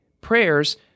Prayers